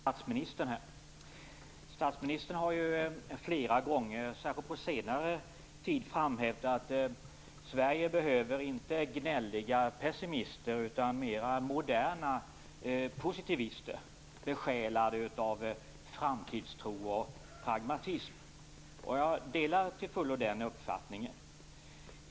Fru talman! Jag har en fråga till statsministern. Statsministern har ju flera gånger, särskilt på senare tid, framhävt att Sverige inte behöver gnälliga pessimister utan mera moderna positivister besjälade av framtidstro och pragmatism. Jag delar till fullo den uppfattningen.